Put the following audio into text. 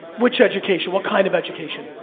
which education, what kind of education?